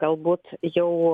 galbūt jau